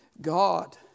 God